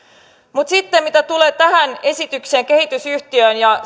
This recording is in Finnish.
mutta sitten mitä tulee tähän esitykseen kehitysyhtiöstä ja